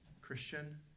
Christian